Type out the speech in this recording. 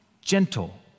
gentle